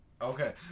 Okay